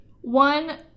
One